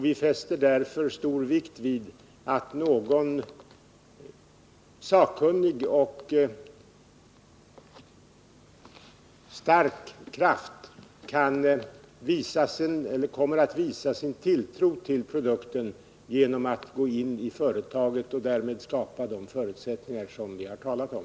Vi fäster därför stor vikt vid att någon sakkunnig och stark kraft kommer att visa sin tilltro till produkten genom att gå in i företaget och därmed skapa de förutsättningar vi har talat om.